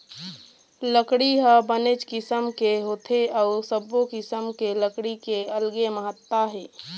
लकड़ी ह बनेच किसम के होथे अउ सब्बो किसम के लकड़ी के अलगे महत्ता हे